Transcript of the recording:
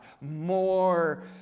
more